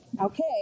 Okay